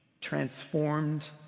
transformed